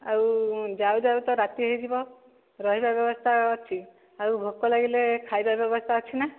ଆଉ ଯାଉ ଯାଉ ତ ରାତି ହୋଇଯିବ ରହିବା ବ୍ୟବସ୍ଥା ଅଛି ଆଉ ଭୋକ ଲାଗିଲେ ଖାଇବା ବ୍ୟବସ୍ଥା ଅଛି ନା